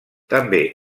també